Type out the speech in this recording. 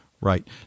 Right